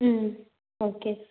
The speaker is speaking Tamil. ம் ஓகே